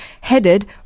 headed